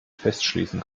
festschließen